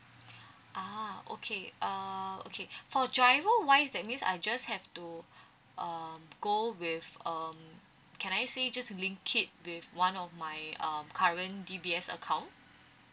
uh okay uh okay for giro wise that means I just have to uh go with um can I say just link it with one of my um current D_B_S account